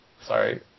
Sorry